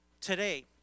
today